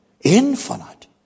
Infinite